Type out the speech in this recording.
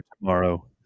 tomorrow